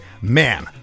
man